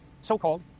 so-called